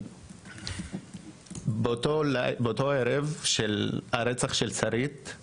באותו הערב בו שרית נרצחה,